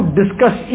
discuss